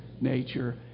nature